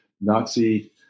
Nazi